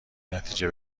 نتیجه